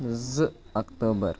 زٕ اکتوٗبر